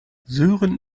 sören